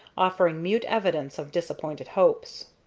offering mute evidence of disappointed hopes.